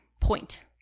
point